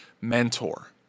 mentor